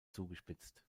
zugespitzt